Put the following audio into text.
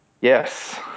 Yes